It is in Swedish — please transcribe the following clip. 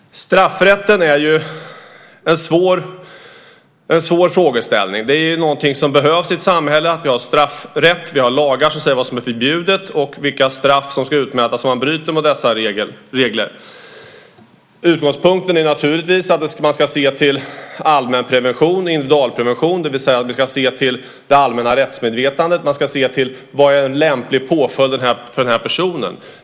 Straffrätten är ju en svår fråga. Straffrätt behövs i ett samhälle. Vi har lagar som säger vad som är förbjudet och vilka straff som ska utmätas om man bryter mot dessa regler. Utgångspunkten är naturligtvis att man ska se till allmänprevention, individualprevention. Man ska se till det allmänna rättsmedvetandet. Man ska se till vad som är en lämplig påföljd för en viss person.